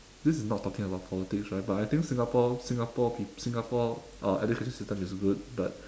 this is not talking about politics right but I think singapore singapore peop~ singapore uh education system is good but